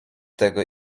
tego